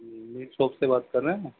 meat shop سے بات کر رہے ہیں